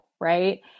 Right